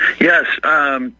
Yes